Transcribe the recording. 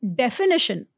definition